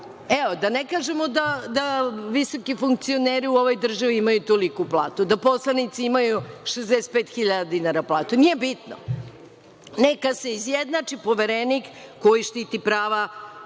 da ne kažemo da visoki funkcioneri u ovoj državi imaju toliku platu, da poslanici imaju 65.000 dinara platu, nije bitno. Neka se izjednači Poverenik koji štiti prava